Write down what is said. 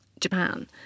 Japan